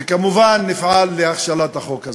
וכמובן, נפעל להכשלת החוק הזה.